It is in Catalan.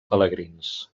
pelegrins